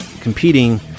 competing